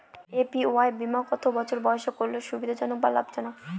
APY বীমা কত বছর বয়সে করলে সুবিধা জনক অথবা লাভজনক?